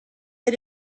had